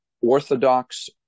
orthodox